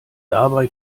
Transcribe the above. dabei